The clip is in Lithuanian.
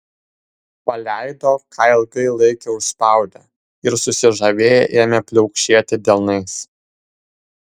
paleido ką ilgai laikė užspaudę ir susižavėję ėmė pliaukšėti delnais